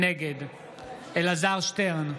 נגד אלעזר שטרן,